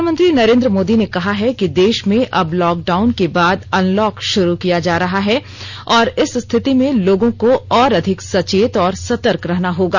प्रधानमंत्री नरेन्द्र मोदी ने कहा है कि देश में अब लॉकडाउन के बाद अनलॉक शुरू किया जा रहा है और इस स्थिति में लोगों को और अधिक सचेत और सतर्क रहना होगा